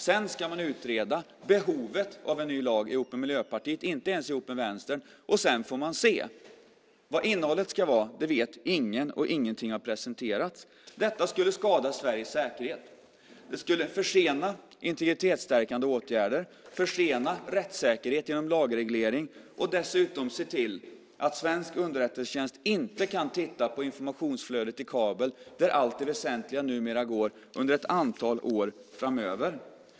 Sedan ska man utreda behovet av en ny lag tillsammans med Miljöpartiet, inte ihop med Vänstern, och sedan får man se. Vad innehållet ska vara vet ingen, och ingenting har presenterats. Detta skulle skada Sveriges säkerhet. Det skulle försena integritetsstärkande åtgärder, försena rättssäkerhet genom lagreglering och dessutom se till att svensk underrättelsetjänst inte kan titta på informationsflödet i kabel - där allt det väsentliga numera går - under ett antal år framöver.